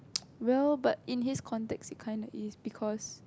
well but in his context it's kind like it is because